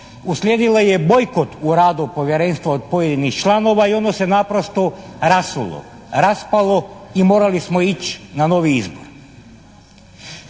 uslijedilo je bojkot u radu Povjerenstva od pojedinih članova i ono se naprosto rasulo, raspalo i morali smo ići na novi izbor.